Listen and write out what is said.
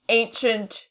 ancient